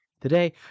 Today